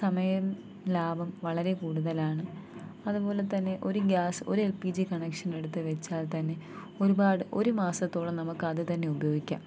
സമയം ലാഭം വളരെ കൂടുതലാണ് അതുപോലെ തന്നെ ഒരു ഗ്യാസ് ഒരു എൽ പി ജി കണക്ഷനെടുത്ത് വെച്ചാൽ തന്നെ ഒരുപാട് ഒരു മാസത്തോളം നമുക്കത് തന്നെ ഉപയോഗിക്കാം